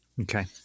okay